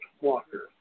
Walker